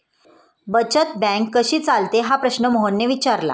बचत बँक कशी चालते हा प्रश्न मोहनने विचारला?